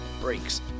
brakes